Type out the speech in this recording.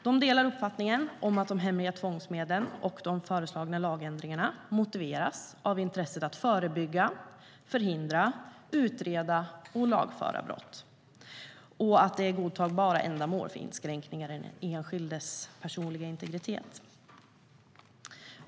De delar uppfattningen att de hemliga tvångsmedlen och de föreslagna lagändringarna motiveras av intresset att förebygga, förhindra, utreda och lagföra brott och att det är godtagbara ändamål för inskränkningar i den enskildes personliga integritet.